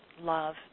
love